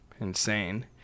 insane